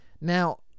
Now